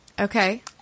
Okay